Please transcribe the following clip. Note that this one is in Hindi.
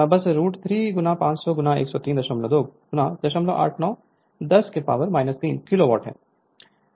तो रूट 3 500103208910 3 किलोवाट है